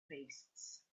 beasts